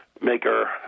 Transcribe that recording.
maker